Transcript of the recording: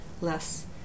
less